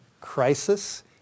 crisis